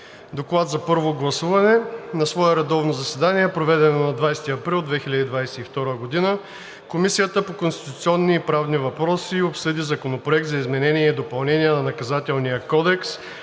„ДОКЛАД за първо гласуване На свое редовно заседание, проведено на 20 април 2022 г., Комисията по конституционни и правни въпроси обсъди Законопроект за изменение и допълнение на Наказателния кодекс,